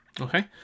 okay